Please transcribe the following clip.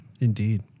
Indeed